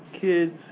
kids